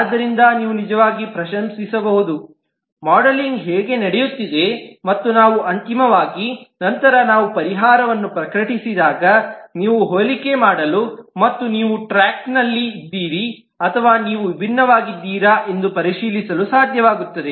ಆದ್ದರಿಂದ ನೀವು ನಿಜವಾಗಿಯೂ ಪ್ರಶಂಸಿಸಬಹುದು ಮಾಡೆಲಿಂಗ್ ಹೇಗೆ ನಡೆಯುತ್ತಿದೆ ಮತ್ತು ನಾವು ಅಂತಿಮವಾಗಿ ನಂತರ ನಾವು ಪರಿಹಾರವನ್ನು ಪ್ರಕಟಿಸಿದಾಗ ನೀವು ಹೋಲಿಕೆ ಮಾಡಲು ಮತ್ತು ನೀವು ಟ್ರ್ಯಾಕ್ನಲ್ಲಿದ್ದೀರಾ ಅಥವಾ ನೀವು ವಿಭಿನ್ನವಾಗಿದ್ದೀರಾ ಎಂದು ಪರಿಶೀಲಿಸಲು ಸಾಧ್ಯವಾಗುತ್ತದೆ